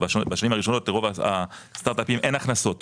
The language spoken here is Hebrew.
בשנים הראשונות רוב הסטארט אפים אין הכנסות